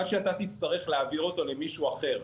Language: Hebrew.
עד שתצטרך להעביר אותו למישהו אחר,